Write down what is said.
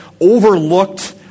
overlooked